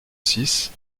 six